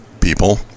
people